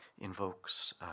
invokes